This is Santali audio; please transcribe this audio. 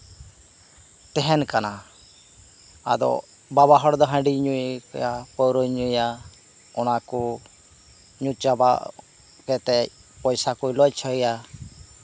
ᱛᱟᱦᱮᱸᱱ ᱠᱟᱱᱟ ᱟᱫᱚ ᱵᱟᱵᱟ ᱦᱚᱲ ᱫᱚ ᱦᱟᱺᱰᱤᱭ ᱧᱩᱭᱟ ᱯᱟᱹᱣᱨᱟᱹᱭ ᱧᱩᱭᱟ ᱚᱱᱟ ᱠᱚ ᱧᱩ ᱪᱟᱵᱟᱜ ᱠᱟᱛᱮ ᱯᱚᱭᱥᱟ ᱠᱚᱭ ᱱᱚᱭᱼᱪᱷᱚᱭᱟ